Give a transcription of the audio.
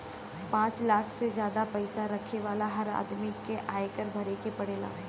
पांच लाख से जादा पईसा रखे वाला हर आदमी के आयकर भरे के पड़ेला